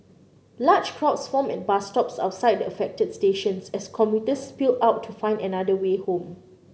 large crowds formed at bus stops outside the affected stations as commuters spilled out to find another way home